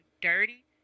dirty